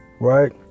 right